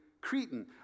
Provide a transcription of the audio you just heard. Cretan